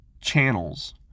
channels